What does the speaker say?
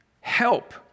help